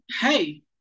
Hey